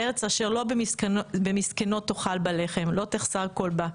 ארץ אשר לא במסכנות תאכל בה לחם, לא תחסר כל בה.